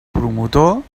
promotor